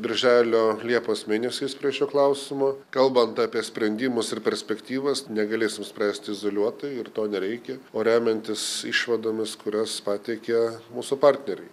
birželio liepos mėnesiais prie šio klausimo kalbant apie sprendimus ir perspektyvas negalėsime spręsti izoliuotai ir to nereikia o remiantis išvadomis kurias pateikia mūsų partneriai